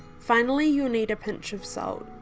finally you'll need a pinch of salt.